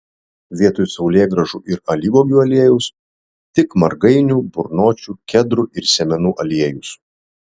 vietoj saulėgrąžų ir alyvuogių aliejaus tik margainių burnočių kedrų ir sėmenų aliejus